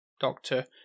doctor